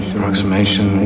Approximation